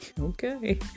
Okay